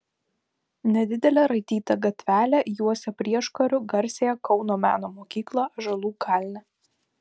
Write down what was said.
nedidelė raityta gatvelė juosia prieškariu garsiąją kauno meno mokyklą ąžuolų kalne